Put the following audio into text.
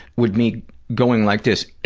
would me going like this,